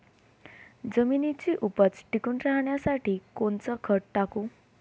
जमिनीची उपज टिकून ठेवासाठी कोनचं खत टाकू?